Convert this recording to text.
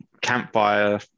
campfire